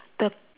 the